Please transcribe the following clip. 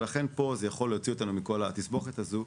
ולכן פה זה יכול להוציא אותנו מכל התסבוכת הזו,